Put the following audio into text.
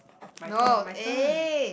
my turn my turn